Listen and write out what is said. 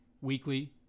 weekly